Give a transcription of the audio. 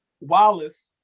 Wallace